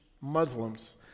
Muslims